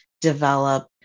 develop